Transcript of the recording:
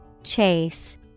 Chase